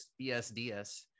BSDS